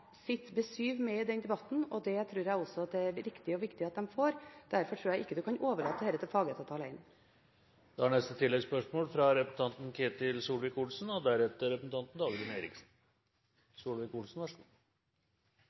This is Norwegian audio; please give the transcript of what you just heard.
sitt besyv med i den debatten, og det tror jeg også det er riktig og viktig at de får gjøre. Derfor tror jeg ikke en kan overlate dette til